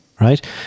right